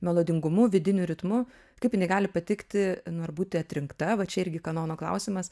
melodingumu vidiniu ritmu kaip jinai gali patikti nu ar būti atrinkta va čia irgi kanono klausimas